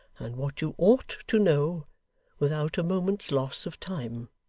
and what you ought to know without a moment's loss of time